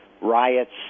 riots